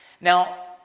Now